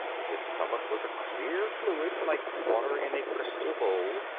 in his stomach was a clear fluid, like water in a crystal bowl,